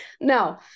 No